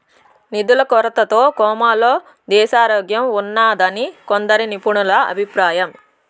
నిధుల కొరతతో కోమాలో దేశారోగ్యంఉన్నాదని కొందరు నిపుణుల అభిప్రాయం